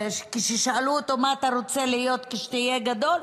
כששאלו אותו מה אתה רוצה להיות כשתהיה גדול,